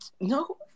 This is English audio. no